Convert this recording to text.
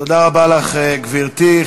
תודה רבה לך, גברתי.